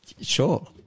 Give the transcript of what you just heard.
Sure